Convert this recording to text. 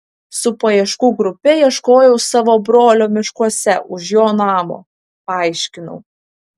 su paieškų grupe ieškojau savo brolio miškuose už jo namo paaiškinau